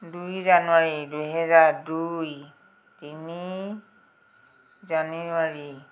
দুই জানুৱাৰী দুহেজাৰ দুই তিনি জানুৱাৰী